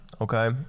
okay